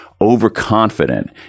overconfident